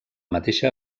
mateixa